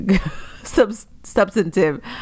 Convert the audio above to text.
substantive